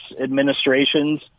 administrations